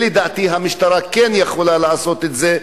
לדעתי המשטרה כן יכולה לעשות את זה,